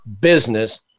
business